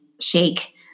shake